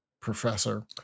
professor